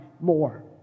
more